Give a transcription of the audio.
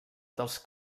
dels